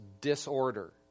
disorder